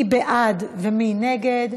מי בעד ומי נגד?